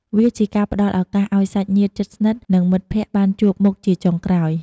វាជាការផ្តល់ឱកាសឱ្យសាច់ញាតិជិតស្និទ្ធ និងមិត្តភក្តិបានជួបមុខជាចុងក្រោយ។